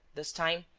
this time,